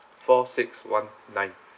four six one nine